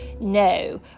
no